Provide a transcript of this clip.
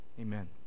amen